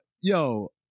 yo